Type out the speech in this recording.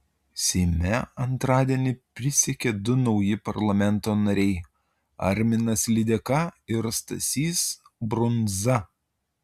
seime antradienį prisiekė du nauji parlamento nariai arminas lydeka ir stasys brundza